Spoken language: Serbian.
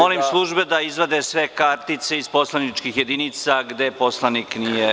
Molim službe da izvade sve kartice iz poslaničkih jedinica gde poslanik nije.